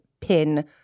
pin